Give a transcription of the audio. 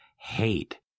hate